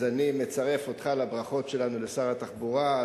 אז אני מצרף אותך לברכות שלנו לשר התחבורה,